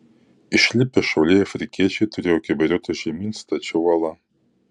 išlipę šauliai afrikiečiai turėjo keberiotis žemyn stačia uola